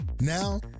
Now